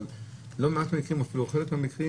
לא מעט מקרים ואפילו חלק מהמקרים,